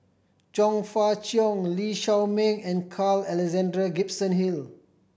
Chong Fah Cheong Lee Shao Meng and Carl Alexander Gibson Hill